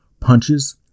punches